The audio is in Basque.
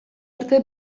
arte